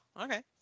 okay